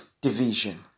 division